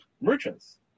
merchants